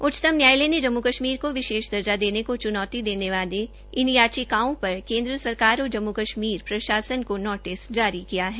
उच्चतम न्यायालय ने जम्मू कश्मीर को विशेष दर्जा देने को चुनौती वाली इन याचिकाओं पर केन्द्र सरकार और जम्मू कश्मीर प्रशासन को नोटिस जारी किए है